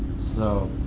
so,